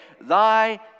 Thy